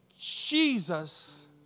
Jesus